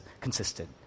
consistent